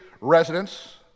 residents